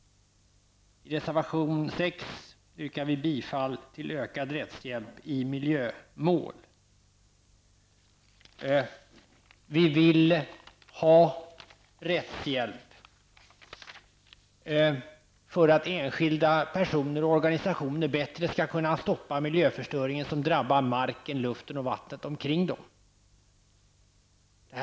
I reservation 6 yrkas på ökad rättshjälp i miljömål. Vi vill ha rättshjälp för att enskilda personer och organisationer bättre skall kunna stoppa miljöförstöringen som drabbar marken, luften och vattnet omkring dem.